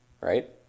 right